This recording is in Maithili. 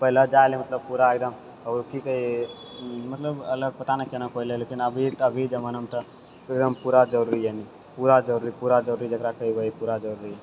पहिले जाइले मतलब पूरा एकदम आओर ओ कि कहैय मतलब अलग पता नहि केना पहिले लेकिन अभी तऽ अभी जमानामे तऽ एकदम पूरा जरुरी है नी पूरा जरुरी पूरा जरुरी जकरा कहै है पूरा जरुरी है